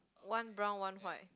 one brown one white